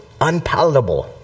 unpalatable